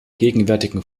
gegenwärtigen